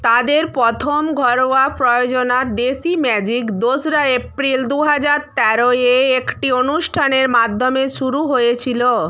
তাদের প্রথম ঘরোয়া প্রয়োজনা দেশি ম্যাজিক দোসরা এপ্রিল দু হাজার তেরো এ একটি অনুষ্ঠানের মাধ্যমে শুরু হয়েছিলো